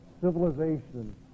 civilization